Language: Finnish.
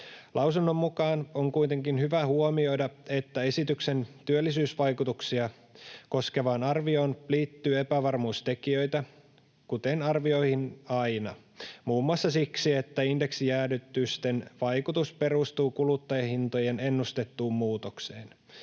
Lausunnon mukaan on kuitenkin hyvä huomioida, että esityksen työllisyysvaikutuksia koskevaan arvioon liittyy epävarmuustekijöitä, kuten arvioihin aina, muun muassa siksi, että indeksijäädytysten vaikutus perustuu kuluttajahintojen ennustettuun muutokseen.